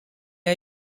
are